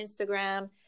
Instagram